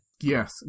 Yes